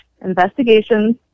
Investigations